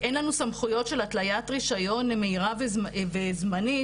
אין לנו סמכויות של התליית רישיון מהירה וזמנית